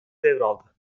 devraldı